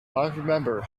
remember